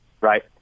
right